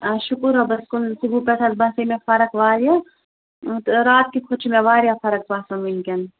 آ شُکُر رۄبَس کُن صُبحو پیٚٹھٕ حظ باسے مےٚ فَرق واریاہ تہٕ رات کہِ کھۄتہٕ چھِ مےٚ واریاہ فرق باسان وُنکیٚن